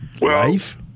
life